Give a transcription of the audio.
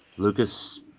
Lucas